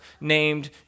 named